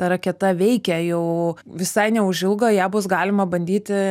ta raketa veikia jau visai neužilgo ją bus galima bandyti